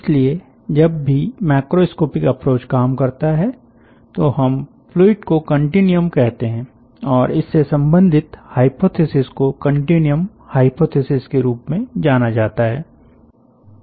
इसलिए जब भी मैक्रोस्कोपिक अप्रोच काम करता है तो हम फ्लूइड को कन्टीन्युअम कहते हैं और इससे संबंधित हाइपोथिसिस को कन्टीन्युअम हाइपोथिसिस के रूप में जाना जाता है